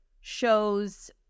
shows